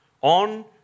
on